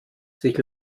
sich